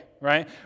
right